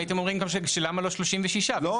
הייתם אומרים למה לא 36. ואם היה 36,